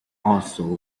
also